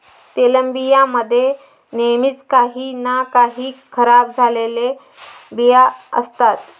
तेलबियां मध्ये नेहमीच काही ना काही खराब झालेले बिया असतात